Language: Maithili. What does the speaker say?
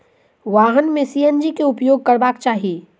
वाहन में सी.एन.जी के उपयोग करबाक चाही